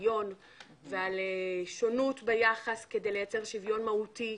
שוויון ועל שונות ביחס כדי לייצר שוויון מהותי,